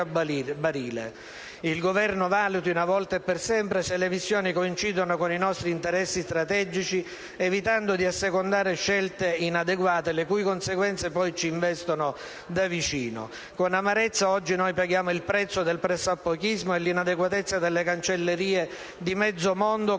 Il Governo valuti, una volta e per sempre, se le missioni coincidono con i nostri interessi strategici, evitando di assecondare scelte inadeguate, le cui conseguenze poi ci investono da vicino. Con amarezza, oggi paghiamo il prezzo del pressappochismo e l'inadeguatezza delle Cancellerie di mezzo mondo, costretti